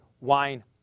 wine